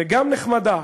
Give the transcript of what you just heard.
וגם נחמדה,